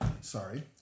sorry